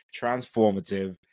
transformative